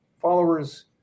followers